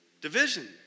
Division